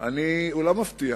או לא מפתיע,